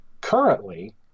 Currently